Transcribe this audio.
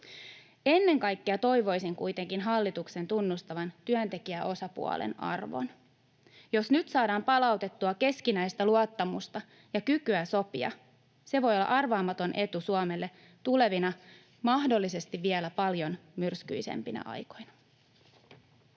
Ennen kaikkea toivoisin kuitenkin hallituksen tunnustavan työntekijäosapuolen arvon. Jos nyt saadaan palautettua keskinäistä luottamusta ja kykyä sopia, se voi olla arvaamaton etu Suomelle tulevina, mahdollisesti vielä paljon myrskyisempinä aikoina.